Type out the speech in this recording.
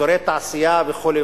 אזורי תעשייה וכו'.